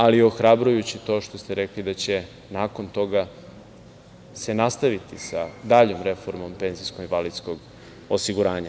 Ali, ohrabrujuće je to što ste rekli da će se nakon toga nastaviti sa daljom reformom penzijskog i invalidskog osiguranja.